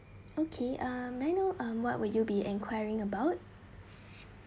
okay uh may i know um what will you be enquiring about